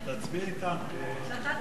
כשאתה תעבור לליכוד, אני אצביע אתך.